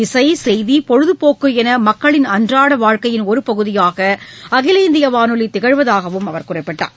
இசை செய்தி பொழுதுபோக்கு என மக்களின் அன்றாட வாழ்க்கையில் ஒரு பகுதியாக அகில இந்திய வானொலி திகழ்வதாகவும் அவர் குறிப்பிட்டார்